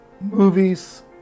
movies